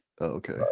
Okay